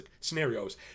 scenarios